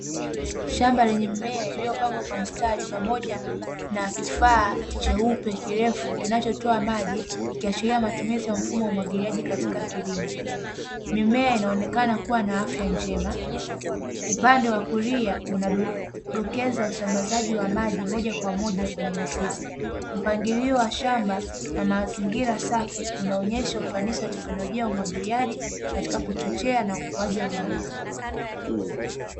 Shamba lenye mimea iliyopandwa kwa mstari pamoja na kifaa cheupe kirefu, kinachotoa maji kikiashiria matumizi ya mfumo wa umwagiliaji katika kilimo, mimea inaonekana kuwa na afya njema upande wa kulia kuna dokeza usambazaji wa maji moja kwa moja kwenye mizizi, mpangalio wa shamba na mazingira unaonyesha teknolojia umwagiliaji katika ukuaji wa mimea.